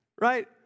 Right